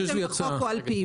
אגרות הן בחוק או על פיו.